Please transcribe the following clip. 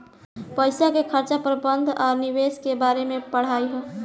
पईसा के खर्चा प्रबंधन आ निवेश के बारे में पढ़ाई ह